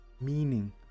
meaning